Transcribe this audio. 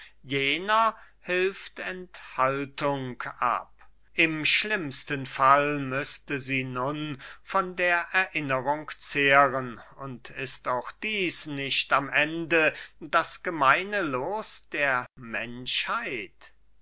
hilft enthaltung ab im schlimmsten fall müßte sie nun von der erinnerung zehren und ist auch dieß nicht am ende das gemeine loos der menschheit